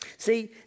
See